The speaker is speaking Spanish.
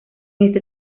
este